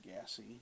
gassy